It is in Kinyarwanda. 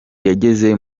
yageze